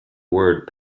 word